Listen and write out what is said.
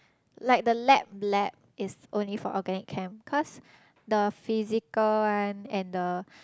like the lab lab is only for organic chem cause the physical one and the